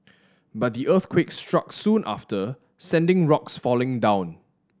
but the earthquake struck soon after sending rocks falling down